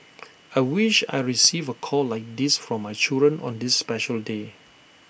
I wish I receive A call like this from my children on this special day